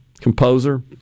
composer